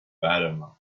fatima